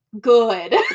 good